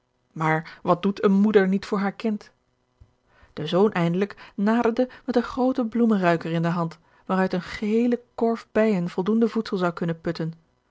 maar wat doet eene moeder niet voor haar kind de zoon eindelijk naderde met een grooten bloemenruiker in de hand waaruit een geheele korf bijen voldoende voedsel zou kunnen putten